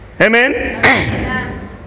Amen